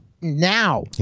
now